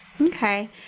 Okay